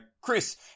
Chris